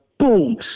boom